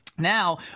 now